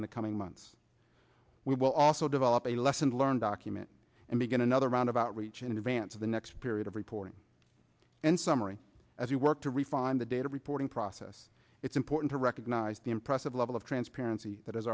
in the coming months we will also develop a lesson learned document and begin another round of outreach in advance of the next period of reporting and summary as we work to refine the data reporting process it's important to recognize the impressive level of transparency that has